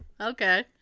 okay